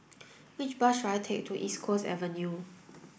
which bus should I take to East Coast Avenue